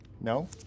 No